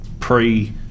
pre